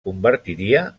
convertiria